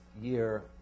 year